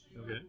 Okay